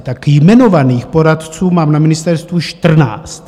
Tak jmenovaných poradců mám na ministerstvu 14.